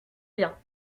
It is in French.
bien